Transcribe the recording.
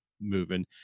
moving